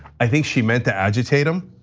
i think she meant to agitate them.